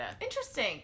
Interesting